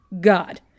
God